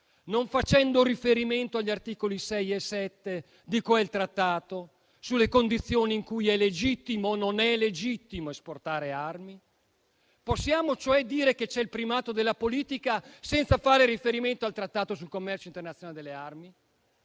non facendo riferimento agli articoli 6 e 7 di quel trattato sulle condizioni in cui è legittimo o non è legittimo esportare armi? Possiamo cioè dire che c'è il primato della politica, senza fare riferimento al Trattato sul commercio delle armi?